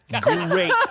great